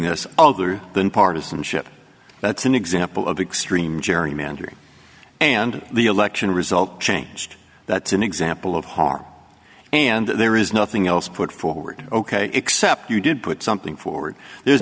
this other than partisanship that's an example of extreme gerrymandering and the election result changed that's an example of harm and there is nothing else put forward ok except you did put something forward there's